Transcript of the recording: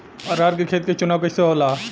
अरहर के खेत के चुनाव कइसे होला?